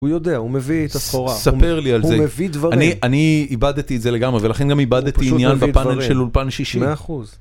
הוא יודע, הוא מביא את הסחורה, הוא מביא דברים, הוא מביא דברים, אני איבדתי את זה לגמרי, ולכן גם איבדתי עניין בפאנל של אולפן שישי.